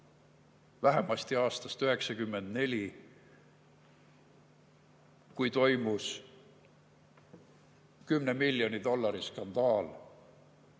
vähemasti aastast 1994, kui toimus 10 miljoni dollari skandaal.